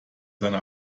seine